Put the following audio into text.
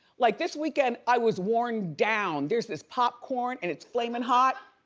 like this weekend, i was worn down. there's this popcorn and it's flaming hot.